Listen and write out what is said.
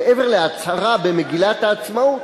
מעבר להצהרה במגילת העצמאות,